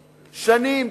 שנים.